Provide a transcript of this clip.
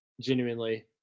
Genuinely